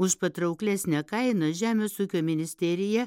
už patrauklesnę kainą žemės ūkio ministerija